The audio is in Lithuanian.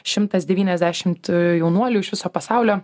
šimtas devyniasdešimt jaunuolių iš viso pasaulio